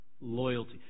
Loyalty